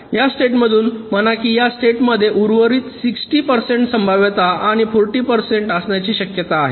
या स्टेटमधून म्हणा की या स्टेटमध्ये उर्वरित 60 टक्के संभाव्यता आणि 40 टक्के असण्याची शक्यता आहे